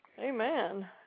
Amen